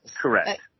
Correct